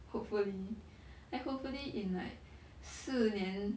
hopefully like hopefully in like 四年